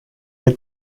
had